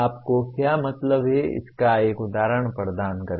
आपको क्या मतलब है इसका एक उदाहरण प्रदान करें